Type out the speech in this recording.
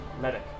medic